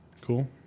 Cool